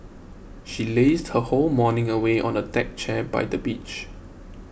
she lazed her whole morning away on a deck chair by the beach